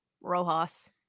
Rojas